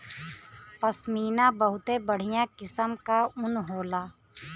पश्मीना बहुते बढ़िया किसम क ऊन होला